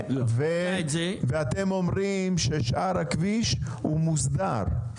ואתם אומרים ששאר הכביש הוא מוסדר.